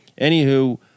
Anywho